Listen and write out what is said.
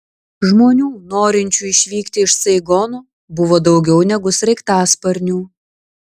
žmonių norinčių išvykti iš saigono buvo daugiau negu sraigtasparnių